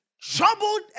troubled